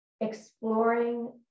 exploring